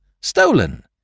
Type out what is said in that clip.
stolen